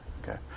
Okay